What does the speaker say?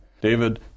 David